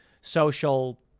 social